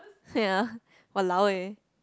ya !walao! eh